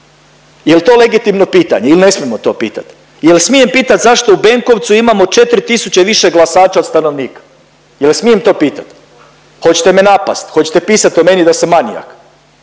Jel to legitimno pitanje il ne smijemo to pitat? Jel smijem pitat zašto u Benkovcu imamo 4000 i više glasača od stanovnika jel smijem to pitat? Hoćete me napast? Hoćete pisat o meni da sam manijak?